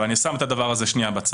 אבל אני שם את הדבר הזה שנייה בצד.